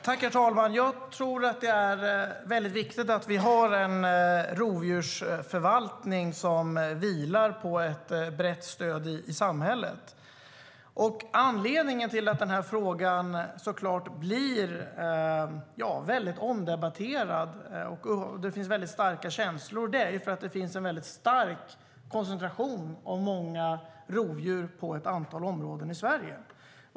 Herr talman! Jag tror att det är väldigt viktigt att vi har en rovdjursförvaltning som vilar på ett brett stöd i samhället. Anledningen till att den här frågan blir omdebatterad och att det finns starka känslor är att det finns en stark koncentration av rovdjur i ett antal områden i Sverige.